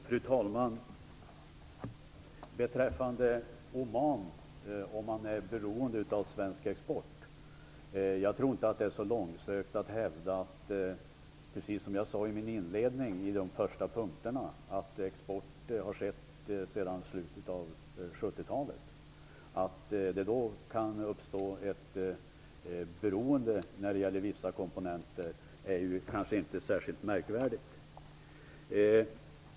Fru talman! Beträffande frågan om Oman är beroende av svensk export tror jag inte att det är så långsökt att hävda, precis som jag i de första punkterna i min inledning, att export har skett sedan slutet av 70 talet. Att det då kan uppstå ett beroende av vissa komponenter är kanske inte särskilt märkvärdigt.